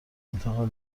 انتقال